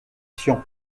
tian